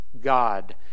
God